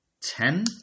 ten